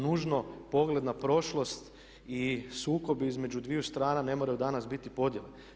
Nužno pogled na prošlost i sukob između dviju strana ne moraju danas biti podjele.